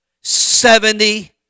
Seventy